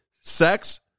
sex